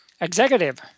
executive